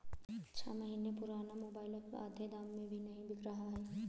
छह महीने पुराना मोबाइल अब आधे दाम में भी नही बिक रहा है